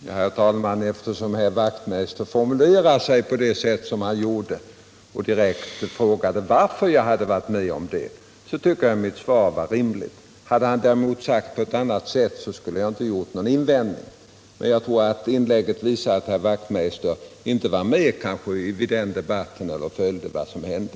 Herr talman! Eftersom Knut Wachtmeister direkt frågade varför jag var med om förläggningen till Skövde tycker jag att mitt svar var rimligt. Hade han däremot formulerat sig på annat sätt skulle jag kanske inte ha gjort någon invändning. Jag tror att inlägget visar att herr Wachtmeister inte var med i debatten då och följde vad som hände.